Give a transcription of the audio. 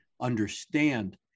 understand